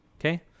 okay